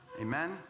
Amen